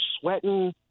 sweating